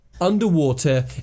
underwater